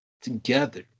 together